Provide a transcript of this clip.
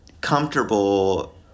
comfortable